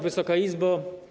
Wysoka Izbo!